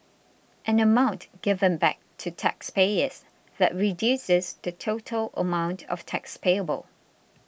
an amount given back to taxpayers that reduces the total amount of tax payable